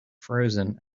frozen